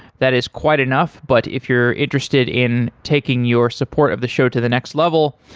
that is quite enough, but if you're interested in taking your support of the show to the next level,